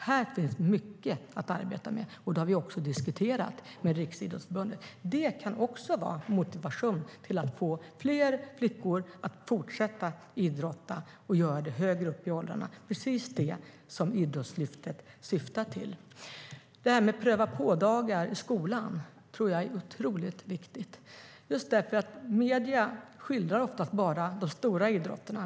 Här finns mycket att arbeta med, och det har vi också diskuterat med Riksidrottsförbundet. Det kan handla om motivation för att få fler flickor att fortsätta att idrotta högre upp i åldrarna - precis det som Idrottslyftet syftar till. Pröva-på-dagar i skolan är otroligt viktigt. Medierna skildrar oftast bara de stora evenemangen.